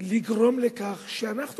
לגרום לכך שאנחנו,